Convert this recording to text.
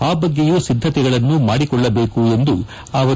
ಆ ಬಗ್ಗೆಯೂ ಸಿದ್ಧತೆಗಳನ್ನು ಮಾಡಿಕೊಳ್ಳಬೇಕು ಎಂದರು